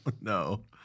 no